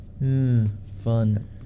Fun